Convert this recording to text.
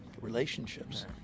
relationships